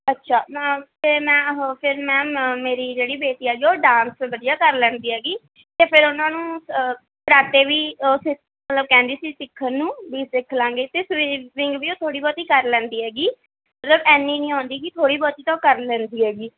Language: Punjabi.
ਅੱਛਾ ਮੈਮ ਅਤੇ ਮੈਂ ਉਹ ਫਿਰ ਮੈਮ ਮੇਰੀ ਜਿਹੜੀ ਬੇਟੀ ਆ ਜੀ ਉਹ ਡਾਂਸ ਵਧੀਆ ਕਰ ਲੈਂਦੀ ਹੈਗੀ ਅਤੇ ਫਿਰ ਉਹਨਾਂ ਨੂੰ ਕਰਾਟੇ ਵੀ ਉਹ ਸਿੱਖ ਮਤਲਬ ਕਹਿੰਦੀ ਸੀ ਸਿੱਖਣ ਨੂੰ ਵੀ ਸਿੱਖ ਲਾਂਗੇ ਅਤੇ ਸਵੀਵਿੰਗ ਵੀ ਥੋੜ੍ਹੀ ਬਹੁਤੀ ਕਰ ਲੈਂਦੀ ਹੈਗੀ ਮਤਲਬ ਇੰਨੀ ਨਹੀਂ ਆਉਂਦੀ ਗੀ ਥੋੜ੍ਹੀ ਬਹੁਤੀ ਤਾਂ ਉਹ ਕਰ ਲੈਂਦੀ ਹੈਗੀ